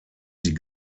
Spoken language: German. sie